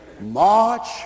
March